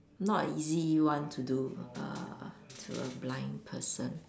not a easy one to do ah to a blind person